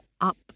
up